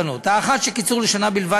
תפקיד הרשות המוסמכת, שאת הגדרתה מוצע,